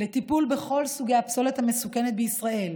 לטיפול בכל סוגי הפסולת המסוכנת בישראל,